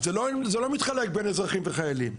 אז זה לא מתחלק בין אזרחים וחיילים.